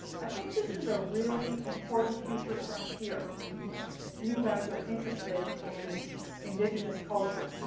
i think this is a really important future frontier if you guys are interested in indigenous culture.